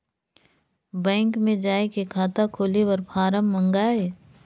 Bank मे जाय के खाता खोले बर फारम मंगाय?